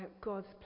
God's